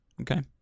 Okay